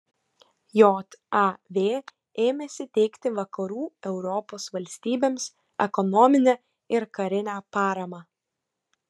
jav ėmėsi teikti vakarų europos valstybėms ekonominę ir karinę paramą